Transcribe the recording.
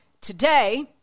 Today